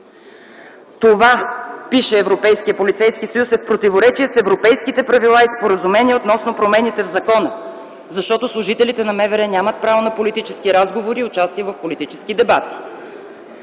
„Това – пише Европейският полицейски съюз – е в противоречие с европейските правила и споразумения относно промените в закона, защото служителите на МВР нямат право на политически разговори и участие в политически дебати.